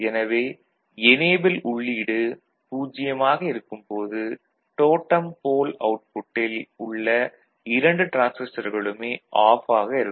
எனவே எனேபிள் உள்ளீடு 0 ஆக இருக்கும் போது டோடம் போல் அவுட்புட்டில் உள்ள இரண்டு டிரான்சிஸ்டர்களுமே ஆஃப் ஆக இருக்கும்